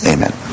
Amen